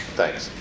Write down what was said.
thanks